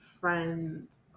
friends